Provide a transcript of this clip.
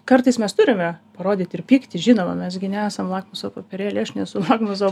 kartais mes turime parodyt ir pyktį žinoma mes gi nesam lakmuso popierėliai aš nesu lakmuso